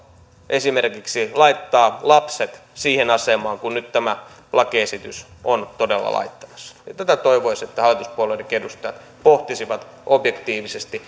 esimerkiksi laittaa lapset siihen asemaan kuin nyt tämä lakiesitys on todella laittamassa tätä toivoisi että hallituspuolueidenkin edustajat pohtisivat objektiivisesti